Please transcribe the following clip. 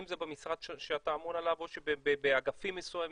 אם זה במשרד שאתה אמון עליו או באגפים מסוימים.